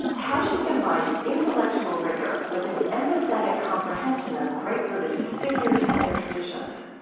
how she combines intellectual rigor with an empathetic comprehension of great religious figures and their traditions